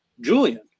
Julian